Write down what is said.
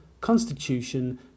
Constitution